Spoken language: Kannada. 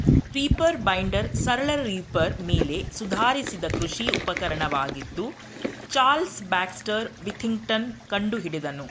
ರೀಪರ್ ಬೈಂಡರ್ ಸರಳ ರೀಪರ್ ಮೇಲೆ ಸುಧಾರಿಸಿದ ಕೃಷಿ ಉಪಕರಣವಾಗಿದ್ದು ಚಾರ್ಲ್ಸ್ ಬ್ಯಾಕ್ಸ್ಟರ್ ವಿಥಿಂಗ್ಟನ್ ಕಂಡುಹಿಡಿದನು